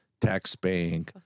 tax-paying